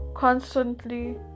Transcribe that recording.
Constantly